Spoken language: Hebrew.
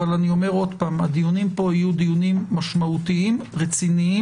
אבל שוב הדיונים פה יהיו משמעותיים ורציניים,